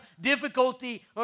difficulty